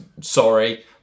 sorry